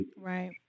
Right